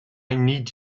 need